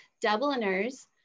Dubliners